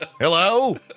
Hello